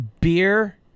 beer